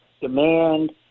demand